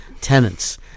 tenants